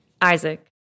Isaac